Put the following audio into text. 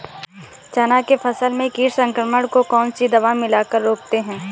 चना के फसल में कीट संक्रमण को कौन सी दवा मिला कर रोकते हैं?